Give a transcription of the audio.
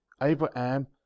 Abraham